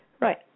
Right